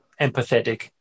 empathetic